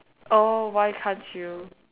oh why can't you